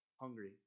hungry